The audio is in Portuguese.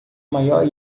maior